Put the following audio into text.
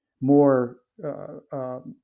more